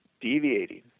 deviating